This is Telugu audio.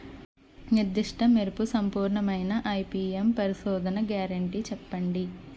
నిర్దిష్ట మెరుపు సంపూర్ణమైన ఐ.పీ.ఎం పరిశోధన గ్యారంటీ చెప్పండి?